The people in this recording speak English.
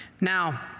Now